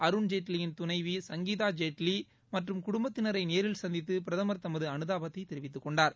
அருண்ஜேட்லியின் துணைவி சங்கீதா ஜேட்லி மற்றும் குடும்பத்தினரை நேரில் சந்தித்து பிரதமர் தமது அனுதாபத்தை தெரிவித்துக்கொண்டார்